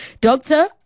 Doctor